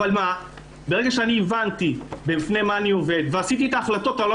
ברגע שהבנתי בפני מה אני עומד ועשיתי את ההחלטות הלא